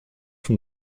from